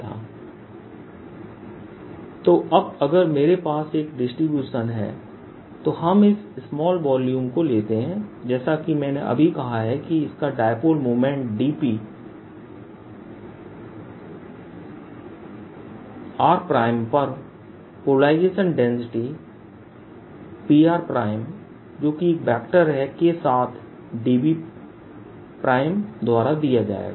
Vr14π0pr rr r3 तो अब अगर मेरे पास एक डिस्ट्रीब्यूशन है तो हम इस स्माल वॉल्यूम को लेते हैं और जैसा कि मैंने अभी कहा है कि इसका डायपोल मोमेंट dp rपर पोलराइजेशन डेंसिटी Pr जो कि एक वेक्टर है के साथ dVद्वारा दिया जाएगा